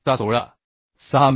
6 चा 16 मि